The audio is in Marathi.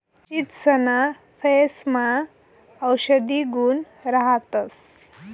चीचसना फयेसमा औषधी गुण राहतंस